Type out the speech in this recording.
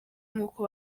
nkuko